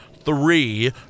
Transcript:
three